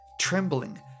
trembling